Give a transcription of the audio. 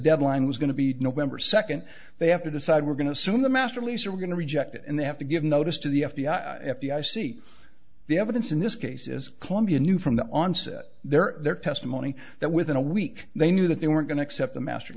deadline was going to be november second they have to decide we're going to soon the master lease are going to reject it and they have to give notice to the f b i f b i see the evidence in this case is clumpy knew from the onset their their testimony that within a week they knew that they were going to accept the master